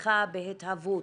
מהפכה בהתהוות.